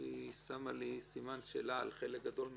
שהיא העמידה לי סימן שאלה על חלק גדול מהחוק.